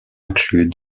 inclus